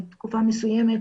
בתקופה מסוימת